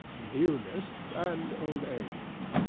newness, and old age.